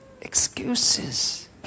Excuses